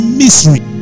misery